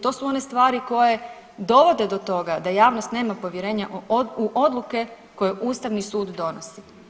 To su one stvari koje dovode do toga da javnost nema povjerenja u odluke koje Ustavni sud donosi.